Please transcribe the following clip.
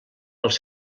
els